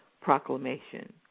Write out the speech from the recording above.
proclamation